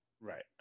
right